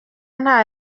nta